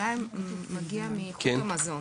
יכול להיות שזה מגיע מאיכות המזון.